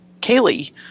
Kaylee